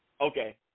Okay